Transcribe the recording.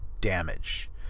damage